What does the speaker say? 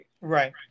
Right